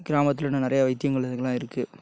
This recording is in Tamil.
கிராமத்தில் இன்னும் நிறைய வைத்தியங்கள் அதுக்கெல்லாம் இருக்கு